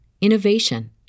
innovation